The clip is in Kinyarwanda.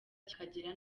kikagera